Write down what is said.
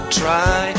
try